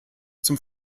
zum